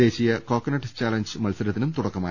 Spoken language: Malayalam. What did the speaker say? ദേശീയ കോക്കനട്ട് ചലഞ്ച് മത്സര ത്തിനും തുടക്കമായി